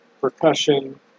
percussion